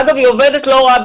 אגב, היא עובדת לא רע.